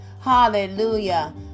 Hallelujah